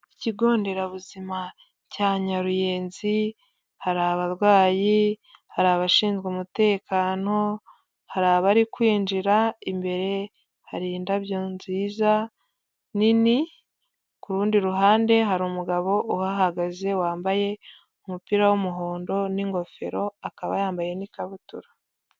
Ikigo nderabuzima cya Nyaruyenzi, hari abarwayi, hari abashinzwe umutekano, hari abari kwinjira, imbere hari indabyo nziza nini, ku rundi ruhande hari umugabo uhagaze wambaye umupira w'umuhondo n'ingofero, akaba yambaye n'ikabutura.